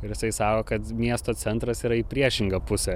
ir jisai sako kad miesto centras yra į priešingą pusę